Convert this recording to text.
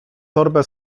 torbę